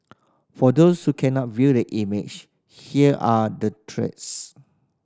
for those who cannot view the image here are the threats